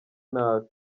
nabi